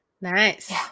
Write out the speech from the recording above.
Nice